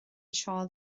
anseo